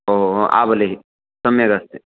ओ आवलिः सम्यगस्ति